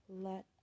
let